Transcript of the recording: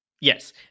Yes